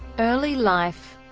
early life